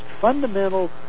fundamental